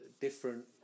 Different